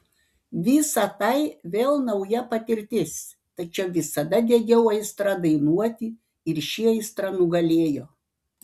visa tai vėl nauja patirtis tačiau visada degiau aistra dainuoti ir ši aistra nugalėjo